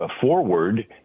forward